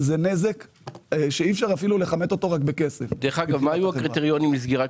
תוכנית ההבראה עכשיו, וזה מה שאני מקריא פה,